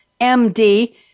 MD